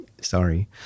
sorry